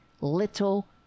little